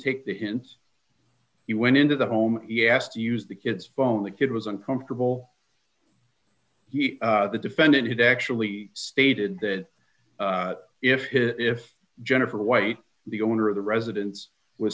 take the hint he went into the home and he asked to use the kid's phone the kid was uncomfortable the defendant had actually stated that if his if jennifer white the owner of the residence was